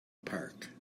park